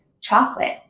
chocolate